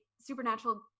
supernatural